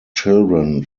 children